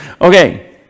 Okay